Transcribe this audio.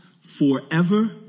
forever